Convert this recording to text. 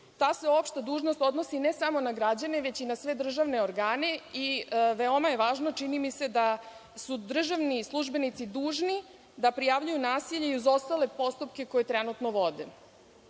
Ta se uopšte dužnost odnosi ne samo na građane, već i na sve državne organe i veoma je važno, čini mi se, da su državni službenici dužni da prijavljuju nasilje i uz ostale postupke koje trenutno